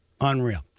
Unreal